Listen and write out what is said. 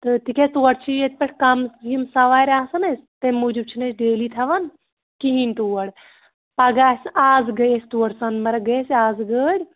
تہٕ تِکیٛازِ تور چھِ ییٚتہِ پٮ۪ٹھ کَم یِم سَوارِ آسان اَسہِ تَمہِ موٗجوٗب چھِنہٕ أسۍ ڈیلی تھاوان کِہیٖنۍ تور پگاہ آسہِ نہٕ آز گٔے أسۍ تور سۄنہٕ مَرگ گٔے اَسہِ آز گٲڑۍ